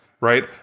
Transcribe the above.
right